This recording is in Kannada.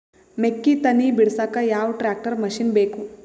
ಮೆಕ್ಕಿ ತನಿ ಬಿಡಸಕ್ ಯಾವ ಟ್ರ್ಯಾಕ್ಟರ್ ಮಶಿನ ಬೇಕು?